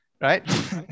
right